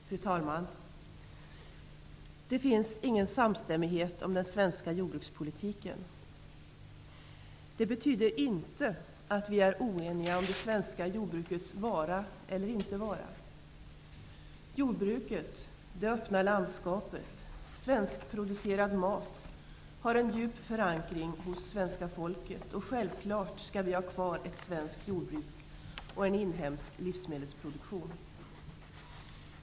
Fru talman! Det finns ingen samstämmighet om den svenska jordbrukspolitiken. Det betyder inte att vi är oeniga om det svenska jordbrukets vara eller inte vara. Jordbruket, det öppna landskapet och svenskproducerad mat har en djup förankring hos svenska folket. Självfallet skall vi ha kvar ett svenskt jordbruk och en inhemsk livsmedelsproduktion.